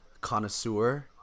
connoisseur